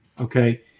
okay